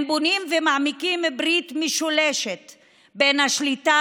הם בונים ומעמיקים ברית משולשת בין השליטה